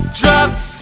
drugs